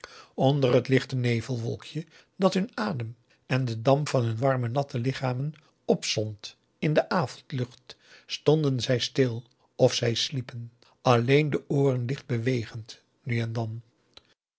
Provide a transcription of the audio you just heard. onder het lichte nevelwolkje dat hun adem en de damp van hun warme natte lichamen opzond in de avondlucht stonden zij stil of zij sliepen alleen de ooren licht bewegend nu en dan